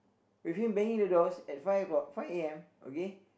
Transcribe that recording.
with him banging the doors at five o-clock five A_M okay